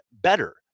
better